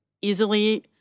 easily